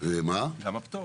גם הפטור.